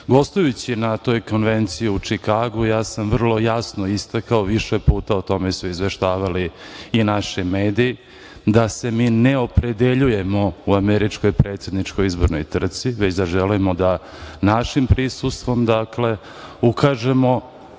SAD-u. Gostujući i na toj konvenciji u Čikagu, ja sam vrlo jasno istakao više puta, o tome su izveštavali i naši mediji, da se mi ne opredeljujemo o američkoj predsedničkoj izbornoj trci, već da želimo da našim prisustvom ukažemo